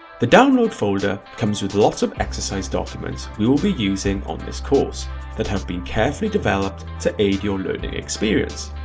the download folder comes with a lot of exercise documents we will be using on this course that have been carefully developed to aid your learning experience.